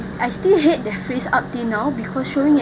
I still hate that face up till now because showing it